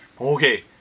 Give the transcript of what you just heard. Okay